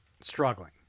struggling